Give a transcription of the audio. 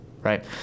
right